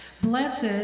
Blessed